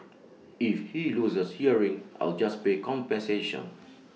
if he loses hearing I'll just pay compensation